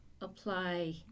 apply